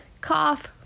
cough